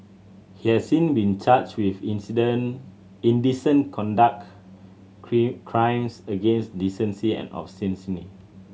he has since been charged with indecent conduct crimes against decency and obscenity